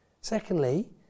Secondly